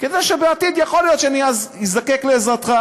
כדי שבעתיד יכול להיות שאני אזדקק לעזרתך.